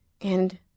and